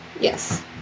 Yes